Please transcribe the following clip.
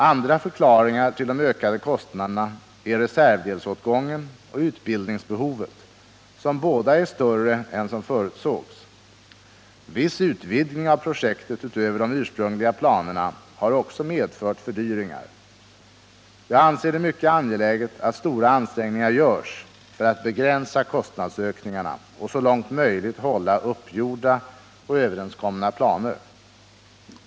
Andra förklaringar till de ökade kostnaderna är reservdelsåtgången och utbildningsbehovet, som båda är större än som förutsågs. Viss utvidgning av projektet utöver de ursprungliga planerna har också medfört fördyringar. Jag anser det mycket angeläget att stora ansträngningar görs för att begränsa kostnadsökningarna och så långt möjligt hålla uppgjorda och överenskomna planer.